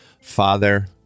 Father